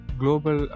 global